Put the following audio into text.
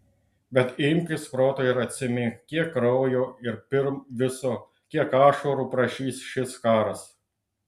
bet imkis proto ir atsimink kiek kraujo ir pirm viso kiek ašarų prašys šis karas